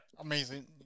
Amazing